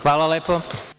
Hvala lepo.